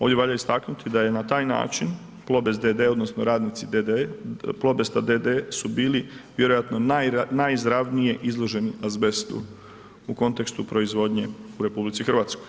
Ovdje valja istaknuti da je na taj način Plobest d.d., odnosno radnici d.d., Plobesta d.d. su bili vjerojatno najizravnije izloženi azbestu u kontekstu proizvodnje u RH.